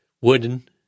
wooden